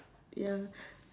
ya